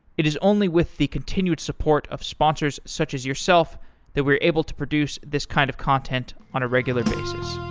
it is only with the continued support of sponsors such as yourself that we're able to produce this kind of content on a regular basis